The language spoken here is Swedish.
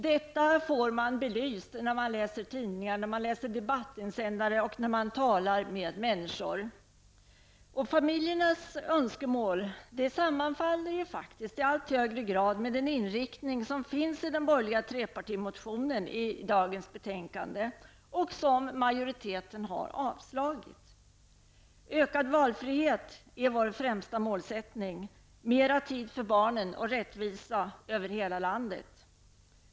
Detta får man belyst när man läser tidningar, när man läser debattinsändare och när man talar med människor. Familjernas önskemål sammanfaller i allt högre grad med den inriktning som finns i den borgerliga trepartimotionen i dagens betänkande. Den har majoriteten avslagit. Ökad valfrihet är vår främsta målsättning. Det innebär mer tid för barnen och rättvisa över hela landet.